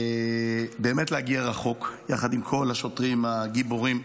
באמת להגיע רחוק, יחד עם כל השוטרים הגיבורים.